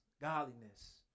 Godliness